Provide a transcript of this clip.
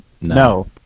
No